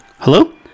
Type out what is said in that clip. Hello